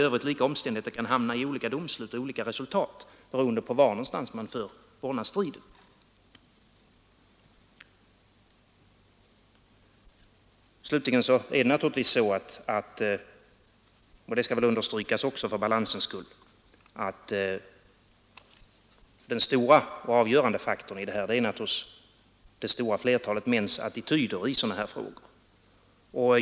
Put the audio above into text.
Slutligen är det naturligtvis så — och det skall väl också understrykas för balansens skull — att den avgörande faktorn i sammanhanget är det stora flertalet mäns attityder i sådana här frågor.